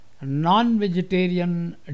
non-vegetarian